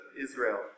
Israel